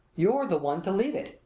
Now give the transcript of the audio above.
you're the one to leave it,